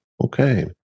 Okay